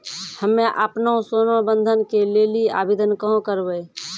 हम्मे आपनौ सोना बंधन के लेली आवेदन कहाँ करवै?